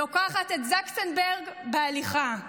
לוקחת את זקסנברג בהליכה.